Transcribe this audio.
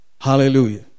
Hallelujah